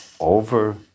over